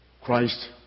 Christ